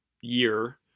year